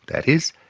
that is,